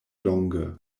longe